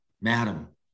madam